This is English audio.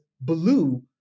blue